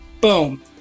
boom